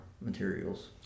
materials